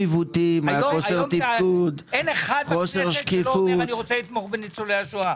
היום אין אחד בכנסת שלא אומר: אני רוצה לתמוך בניצולי השואה.